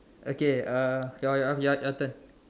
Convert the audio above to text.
okay uh your your your your turn